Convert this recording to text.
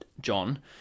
John